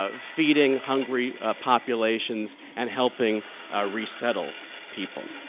ah feeding hungry populations and helping re-settle people.